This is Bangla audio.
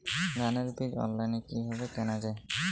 ধানের বীজ অনলাইনে কিভাবে কেনা যায়?